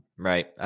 Right